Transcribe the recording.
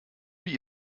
wie